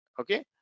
Okay